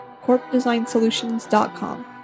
CorpDesignSolutions.com